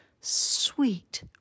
sweet